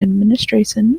administration